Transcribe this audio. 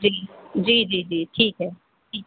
जी जी जी जी ठीक है जी